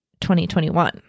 2021